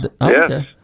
Yes